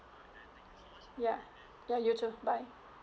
ya ya you too bye